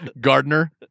Gardner